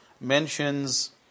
mentions